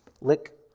Lick